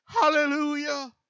Hallelujah